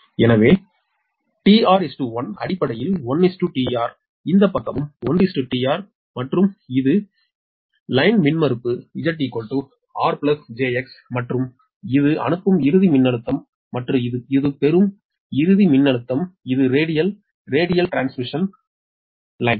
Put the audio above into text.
எனவே tR 1 அடிப்படையில் 1 tR இந்த பக்கமும் 1 tR மற்றும் இது வரி மின்மறுப்பு Z R jX மற்றும் இது அனுப்பும் இறுதி மின்னழுத்தம் மற்றும் இது பெறும் இறுதி மின்னழுத்தம் இது ரேடியல் ரேடியல் டிரான்ஸ்மிஷன் கோடு